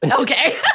Okay